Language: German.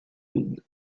ihn